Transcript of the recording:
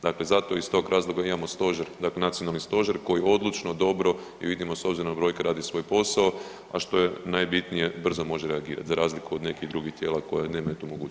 Dakle zato iz tog razloga imamo stožer, dakle nacionalni stožer koji odlučno, dobro i vidimo s obzirom na brojke radi svoj posao, a što je najbitnije brzo može reagirati za razliku od nekih drugih tijela koje nemaju tu mogućnost.